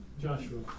Joshua